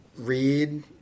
read